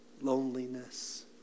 loneliness